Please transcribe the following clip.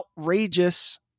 outrageous